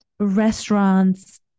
restaurants